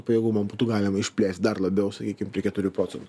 pajėgumą būtų galima išplėst dar labiau sakykim prie keturių procentų